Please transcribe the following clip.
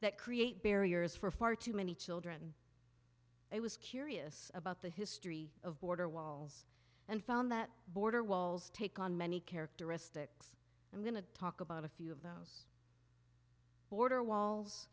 that create barriers for far too many children i was curious about the history of border walls and found that border walls take on many characteristics i'm going to talk about a few of those border walls